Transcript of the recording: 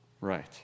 Right